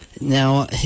Now